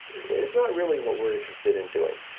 it's not really what we're interested in doing.